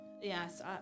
Yes